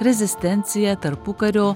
rezistenciją tarpukario